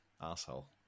asshole